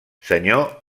senyor